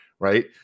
Right